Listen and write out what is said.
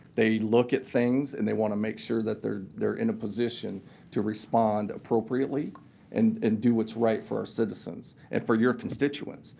they look at things and they want to make sure that they're they're in a position to respond appropriately and and do what's right for our citizens and for your constituents.